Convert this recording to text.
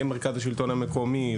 גם עם מרכז השלטון המקומי,